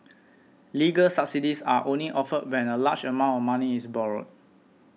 legal subsidies are only offered when a large amount of money is borrowed